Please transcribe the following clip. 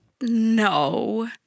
No